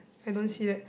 I don't see that